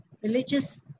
religious